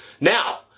Now